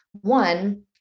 one